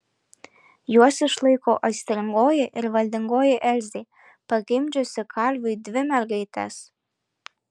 juos išlaiko aistringoji ir valdingoji elzė pagimdžiusi kalviui dvi mergaites